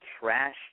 trash